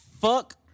fuck